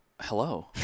hello